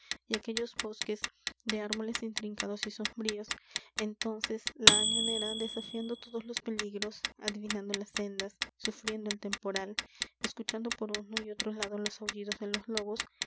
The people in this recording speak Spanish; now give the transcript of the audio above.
y aquellos bosques de árboles intrincados y sombríos entonces la añonera desafiando todos los peligros adivinando las sendas sufriendo el temporal escuchando por uno y otro lado los aullidos de los lobos